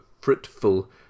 fruitful